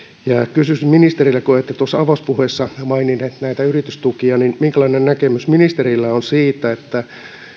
kysyisin ministeriltä kun ette avauspuheessa maininneet näitä yritystukia minkälainen näkemys ministerillä on siitä että